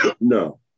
No